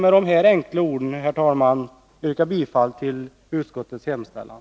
Med dessa enkla ord vill jag, herr talman, yrka bifall till utskottets hemställan.